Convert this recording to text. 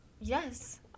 Yes